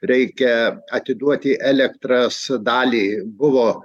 reikia atiduoti elektros dalį buvo